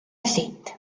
siit